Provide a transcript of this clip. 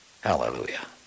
Hallelujah